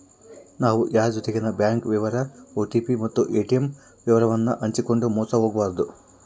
ನಾವು ಯಾರ್ ಜೊತಿಗೆನ ಬ್ಯಾಂಕ್ ವಿವರ ಓ.ಟಿ.ಪಿ ಮತ್ತು ಏ.ಟಿ.ಮ್ ವಿವರವನ್ನು ಹಂಚಿಕಂಡು ಮೋಸ ಹೋಗಬಾರದು